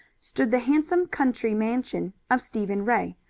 stood the handsome country mansion of stephen ray,